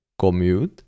commute